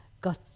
got